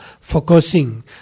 focusing